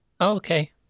Okay